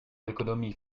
l’économie